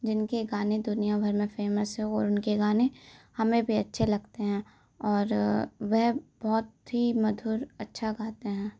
जिनके गाने दुनियाभर में फ़ेमस हैं और उनके गाने हमें भी अच्छे लगते हैं और वे बहुत ही मधुर अच्छा गाते हैं